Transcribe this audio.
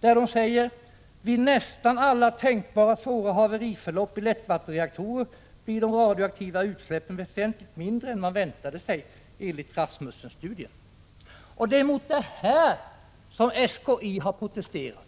Där säger de: ”Vid nästan alla tänkbara, svåra haveriförlopp i lättvattenreaktorer blir de radioaktiva utsläppen väsentligt mindre än man väntade sig enligt Rasmussenstudien.” Det är mot detta som SKI har protesterat.